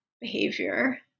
behavior